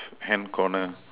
hand corner